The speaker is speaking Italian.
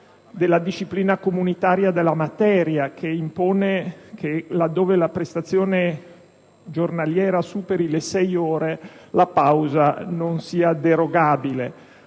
della disciplina comunitaria in materia, la quale impone che laddove la prestazione giornaliera superi le sei ore la pausa sia inderogabilmente